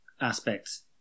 aspects